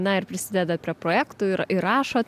na ir prisideda prie projektų ir įrašot